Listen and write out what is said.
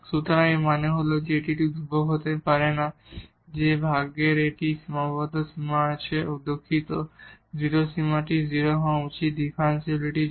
সুতরাং এর মানে হল যে আমরা এমন একটি ধ্রুবক পেতে পারি না যে এই ভাগের একটি সীমাবদ্ধ সীমা আছে ওহ দুঃখিত 0 সীমাটি 0 হওয়া উচিত ডিফারেনশিবিলিটির জন্য